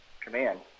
command